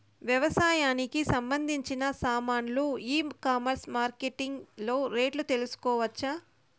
వ్యవసాయానికి సంబంధించిన సామాన్లు ఈ కామర్స్ మార్కెటింగ్ లో రేట్లు తెలుసుకోవచ్చా?